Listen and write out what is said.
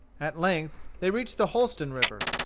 at length they reached the holston river.